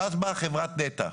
ואז באה חברת נת"ע.